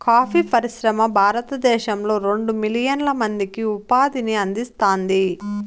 coffee పరిశ్రమ భారతదేశంలో రెండు మిలియన్ల మందికి ఉపాధిని అందిస్తాంది